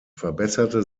verbesserte